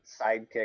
sidekick